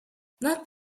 not